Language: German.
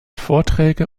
vorträge